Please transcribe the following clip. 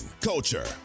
culture